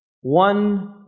one